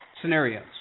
Scenarios